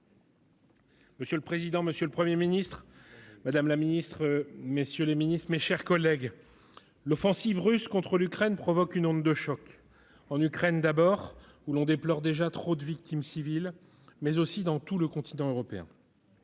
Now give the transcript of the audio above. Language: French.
Monsieur le président, monsieur le Premier ministre, madame la ministre, messieurs les ministres, mes chers collègues, l'offensive russe contre l'Ukraine provoque une onde de choc, en Ukraine d'abord, où l'on déplore déjà tant de victimes civiles, mais aussi dans tout le continent européen.